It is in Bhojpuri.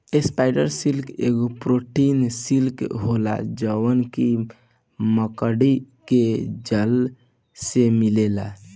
स्पाइडर सिल्क एगो प्रोटीन सिल्क होला जवन की मकड़ी के जाल से मिलेला